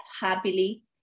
happily